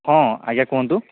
ହଁ ଆଜ୍ଞା କୁହନ୍ତୁ